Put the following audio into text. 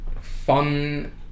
fun